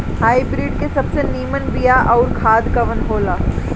Hybrid के सबसे नीमन बीया अउर खाद कवन हो ला?